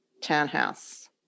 townhouse